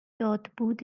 یادبود